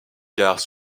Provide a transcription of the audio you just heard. gare